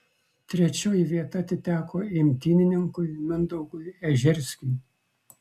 trečioji vieta atiteko imtynininkui mindaugui ežerskiui